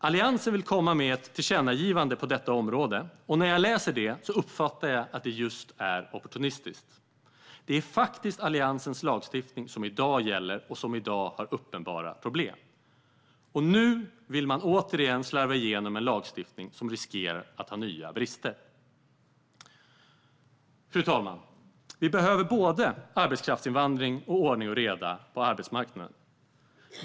Alliansen vill komma med ett tillkännagivande på detta område, och när jag läser det uppfattar jag att det just är opportunistiskt. Det är faktiskt Alliansens lagstiftning som i dag gäller och som i dag har uppenbara problem. Nu vill man återigen slarva igenom en lagstiftning som riskerar att ha nya brister. Fru talman! Vi behöver både arbetskraftsinvandring och ordning och reda på arbetsmarknaden.